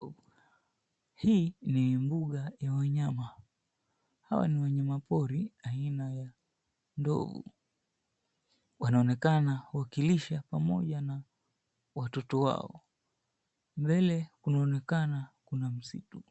Hii ni mbuga ya wanyama. Hawa ni wanyamapori aina ya ndovu. Wanaonekana wakilisha pamoja na watoto wao. Mbele kunaonekana kuna msitu.